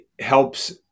helps